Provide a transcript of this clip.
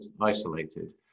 isolated